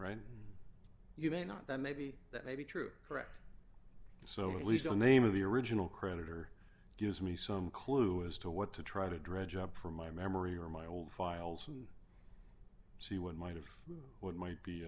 and you may not that maybe that may be true correct so at least the name of the original creditor gives me some clue as to what to try to dredge up from my memory or my old files and see what might of what might be